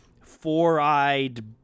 four-eyed